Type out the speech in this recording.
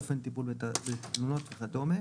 אופן טיפול בתלונות וכדומה.